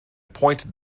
pointed